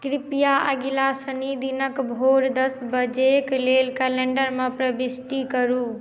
कृपया अगिला शनि दिनक भोर दस बजेक लेल कैलेण्डरमे प्रविष्टि करू